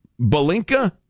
Balinka